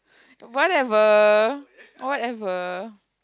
whatever whatever